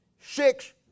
six